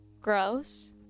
Gross